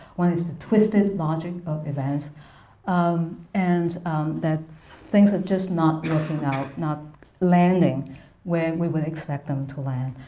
one is the twisted logic of events um and that things are just not working out, not landing where we would expect them to land.